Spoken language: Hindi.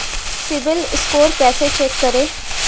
सिबिल स्कोर कैसे चेक करें?